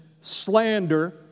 slander